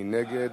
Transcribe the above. מי נגד?